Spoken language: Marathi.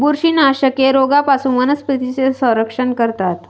बुरशीनाशके रोगांपासून वनस्पतींचे संरक्षण करतात